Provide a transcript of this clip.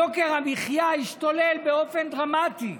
יוקר המחיה השתולל באופן דרמטי,